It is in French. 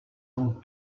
ont